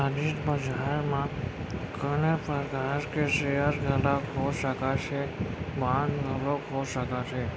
हाजिर बजार म कोनो परकार के सेयर घलोक हो सकत हे, बांड घलोक हो सकत हे